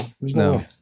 No